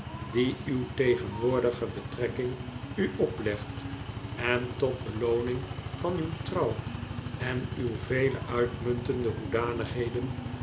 die uw tegenwoordige betrekking u oplegt en tot belooning van uw trouw en uw vele uitmuntende hoedanigheden